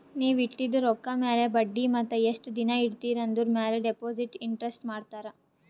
ನೀವ್ ಇಟ್ಟಿದು ರೊಕ್ಕಾ ಮ್ಯಾಲ ಬಡ್ಡಿ ಮತ್ತ ಎಸ್ಟ್ ದಿನಾ ಇಡ್ತಿರಿ ಆಂದುರ್ ಮ್ಯಾಲ ಡೆಪೋಸಿಟ್ ಇಂಟ್ರೆಸ್ಟ್ ಮಾಡ್ತಾರ